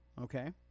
okay